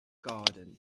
garden